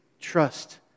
Trust